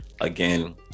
Again